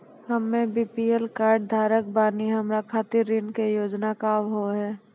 हम्मे BPL card धारक बानि हमारा खातिर ऋण के योजना का होव हेय?